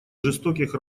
жестоких